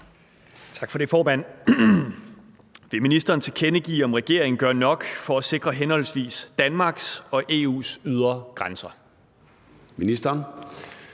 af: Peter Kofod (DF): Vil ministeren tilkendegive, om regeringen gør nok for at sikre henholdsvis Danmarks og EU's ydre grænser?